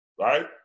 right